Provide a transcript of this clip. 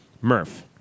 Murph